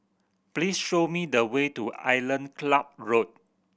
please show me the way to Island Club Road